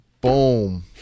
Boom